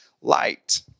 light